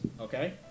okay